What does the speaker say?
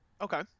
Okay